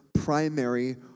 Primary